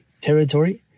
territory